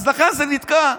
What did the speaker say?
ולכן זה נתקע.